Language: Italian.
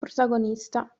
protagonista